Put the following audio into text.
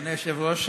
אדוני היושב-ראש,